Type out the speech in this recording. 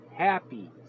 happy